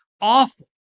awful